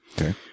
Okay